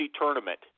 tournament